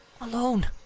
alone